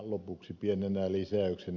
lopuksi pienenä lisäyksenä